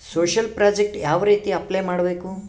Social project ಯಾವ ರೇತಿ apply ಮಾಡಬೇಕು?